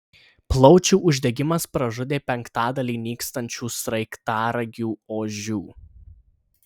plaučių uždegimas pražudė penktadalį nykstančių sraigtaragių ožių